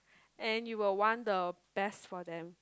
and you will want the best for them